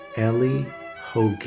elli hoge.